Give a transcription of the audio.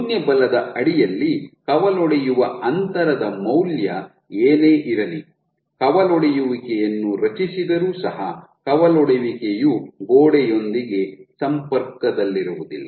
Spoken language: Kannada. ಶೂನ್ಯ ಬಲದ ಅಡಿಯಲ್ಲಿ ಕವಲೊಡೆಯುವ ಅಂತರದ ಮೌಲ್ಯ ಏನೇ ಇರಲಿ ಕವಲೊಡೆಯುವಿಕೆಯನ್ನು ರಚಿಸಿದರೂ ಸಹ ಕವಲೊಡೆಯುವಿಕೆಯು ಗೋಡೆಯೊಂದಿಗೆ ಸಂಪರ್ಕದಲ್ಲಿರುವುದಿಲ್ಲ